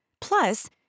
Plus